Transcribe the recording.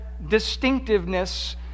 Distinctiveness